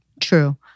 True